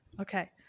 Okay